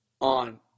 on